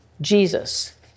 Jesus